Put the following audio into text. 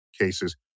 cases